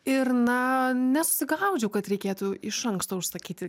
ir na nesusigaudžiau kad reikėtų iš anksto užsakyti